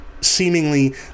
seemingly